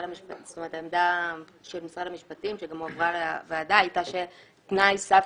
העמדה של משרד המשפטים שגם הועברה לוועדה הייתה שתנאי סף